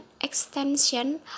extension